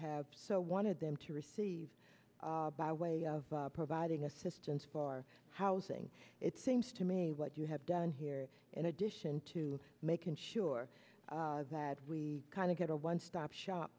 have so wanted them to receive by way of providing assistance for housing it seems to me what you have done here in addition to making sure that we kind of get a one stop